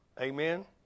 Amen